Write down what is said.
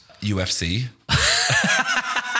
UFC